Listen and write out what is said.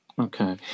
Okay